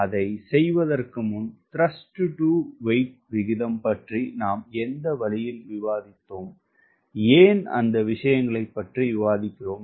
அதைச் செய்வதற்கு முன் த்ருஸ்ட் டு வெயிட் விகிதம் பற்றி நாம் எந்த வழியில் விவாதித்தோம் ஏன் அந்த விஷயங்களைப் பற்றி விவாதிக்கிறோம்